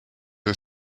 der